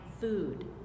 food